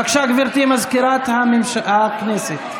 בבקשה, גברתי סגנית מזכיר הכנסת.